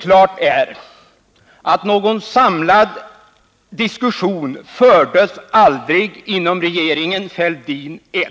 Klart är att någon samlad diskussion i denna fråga aldrig fördes inom regeringen Fälldin I.